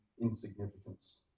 insignificance